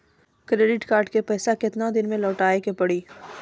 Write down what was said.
Credit card के पैसा केतना दिन मे लौटाए के पड़ी?